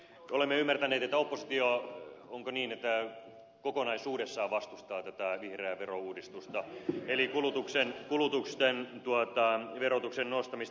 olemme ymmärtäneet tai onko niin että oppositio kokonaisuudessaan vastustaa tätä vihreää verouudistusta eli kulutuksen verotuksen nostamista